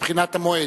מבחינת המועד.